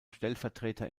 stellvertreter